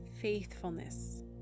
faithfulness